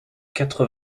quatre